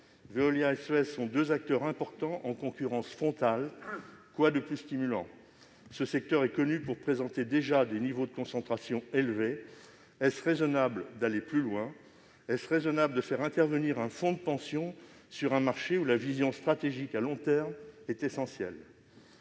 Veolia et Suez sont deux acteurs importants en concurrence frontale, quoi de plus stimulant ? Ce secteur est connu pour présenter, déjà, des niveaux de concentration élevés. Est-il raisonnable d'aller plus loin ? Est-il raisonnable de faire intervenir un fonds de pension sur un marché où la vision stratégique à long terme est essentielle ?